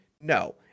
No